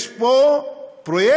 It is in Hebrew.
יש פה פרויקט